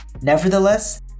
Nevertheless